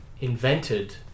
Invented